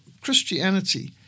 Christianity